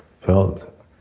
felt